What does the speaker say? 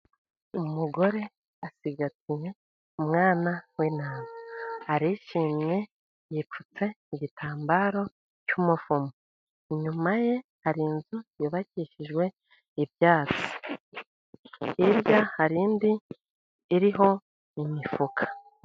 Umugore asigatiye umwana w'intama, arishimye, yipfutse igitambaro cy'umufumo. Inyuma ye hari inzu yubakishijwe ibyatsi, hirya hari indi iriho imifuka.